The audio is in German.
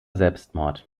selbstmord